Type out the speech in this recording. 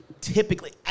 typically